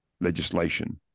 legislation